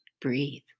Breathe